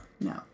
No